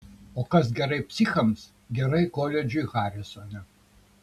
o kas gerai psichams gerai koledžui harisone